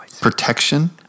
protection